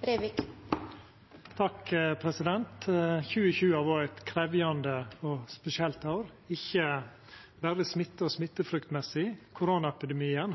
har